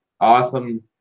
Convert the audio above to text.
awesome